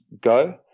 go